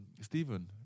Stephen